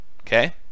Okay